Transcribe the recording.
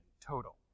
Total